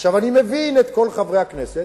אני מבין את כל חברי הכנסת,